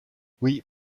oui